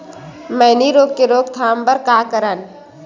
मैनी रोग के रोक थाम बर का करन?